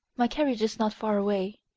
my carriage is not far away.